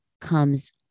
comes